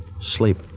Sleep